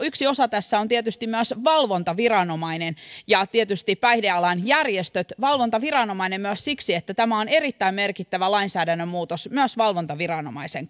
yksi osa tässä on tietysti myös valvontaviranomainen ja päihdealan järjestöt valvontaviranomainen myös siksi että tämä on erittäin merkittävä lainsäädännön muutos valvontaviranomaisen